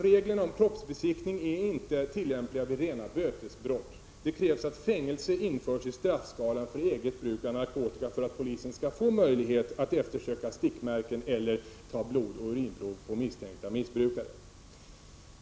Reglerna om kroppsbesiktning är ju inte tillämpliga vid rena bötesbrott. Det krävs att fängelse införs i straffskalan för eget bruk av narkotika för att polisen skall få möjlighet att eftersöka stickmärken eller ta blodoch urinprov på misstänkta missbrukare.